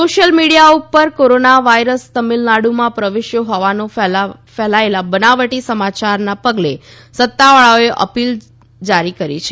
social media ઉપર corona virus તામિલનાડુમાં પ્રવેશ્યો હોવાનો ફેલાયેલા બનાવટી સમાચારના પગલે સત્તાવાળાઓએ અપીલ જારી કરી છે